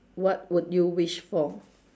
what would you wish for